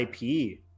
IP